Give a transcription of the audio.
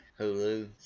Hulu